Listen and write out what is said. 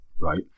right